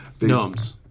Gnomes